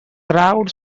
crowd